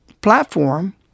platform